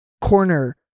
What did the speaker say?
corner